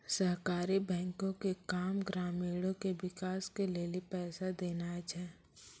सहकारी बैंको के काम ग्रामीणो के विकास के लेली पैसा देनाय छै